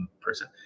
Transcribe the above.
person